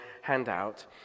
handout